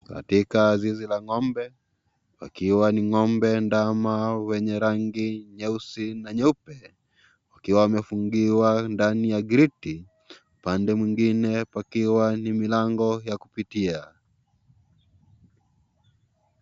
Katika zizi la ng'ombe, wakiwa ni ng'ombe ndama wenye rangi nyeusi na nyeupe wakiwa wamefungiwa ndani ya geti. Upande mwingine pakiwa ni milango ya kupitia.